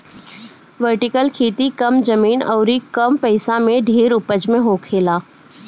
vertical खेती कम जमीन अउरी कम पइसा में ढेर उपज होखेला